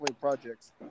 projects